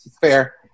Fair